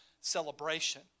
celebration